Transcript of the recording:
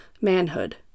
manhood